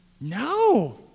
No